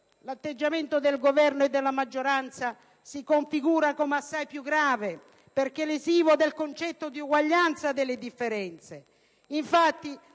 l'atteggiamento del Governo e della maggioranza si configura come assai più grave perché lesivo del concetto di uguaglianza delle differenze.